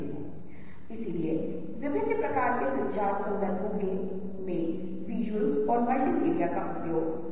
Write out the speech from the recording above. रंग आपको खुशी की भावना दे सकते हैं रंग उदासी का मूड बना सकते हैं नीला एक रंग है जो आपको शांत करने के लिए होता है यह कलर आपकी उदासी ज़ाहिर करने के लिए भी उपयोग होता है